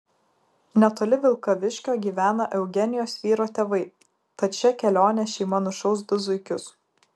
netoli vilkaviškio gyvena eugenijos vyro tėvai tad šia kelione šeima nušaus du zuikius